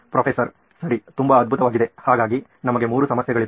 professor ಸರಿ ತುಂಬಾ ಅದ್ಭುತವಾಗಿದೆ ಹಾಗಾಗಿ ನಮಗೆ ಮೂರು ಸಮಸ್ಯೆಗಳಿವೆ